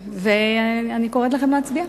ואני קוראת לכם להצביע.